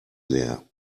leer